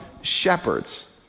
shepherds